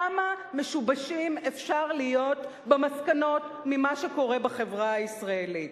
כמה משובשים אפשר להיות במסקנות על מה שקורה בחברה הישראלית?